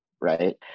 Right